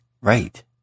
Right